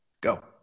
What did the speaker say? Go